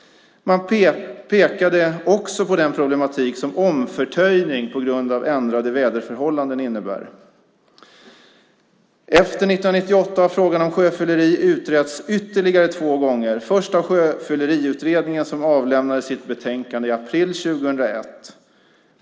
Man pekade också på den problematik som omförtöjning på grund av ändrade väderförhållanden innebär. Efter 1998 har frågan om sjöfylleri utretts ytterligare två gånger, först av Sjöfylleriutredningen som avlämnade sitt betänkande i april 2001.